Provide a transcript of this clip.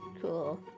cool